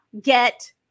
get